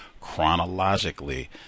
chronologically